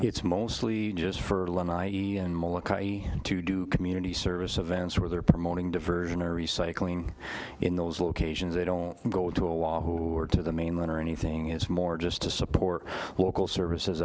it's mostly just for alumni to do community service events where they're promoting diversion or recycling in those locations they don't go to a lot or to the mainland or anything it's more just to support local services